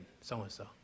so-and-so